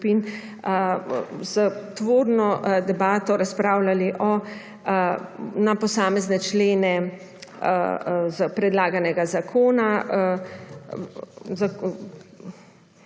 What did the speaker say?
s tvorno debato razpravljali na posamezne člene predlaganega zakona.